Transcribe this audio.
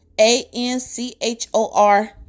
A-N-C-H-O-R